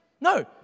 No